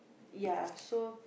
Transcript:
ya so